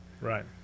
Right